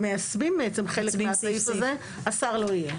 כשמיישמים חלק מהסעיף הזה השר לא יהיה.